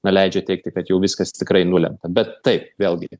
na leidžia teigti kad jau viskas tikrai nulemta bet taip vėlgi